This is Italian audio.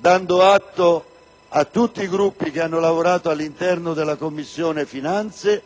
dando atto a tutti i Gruppi che hanno lavorato all'interno della Commissione finanze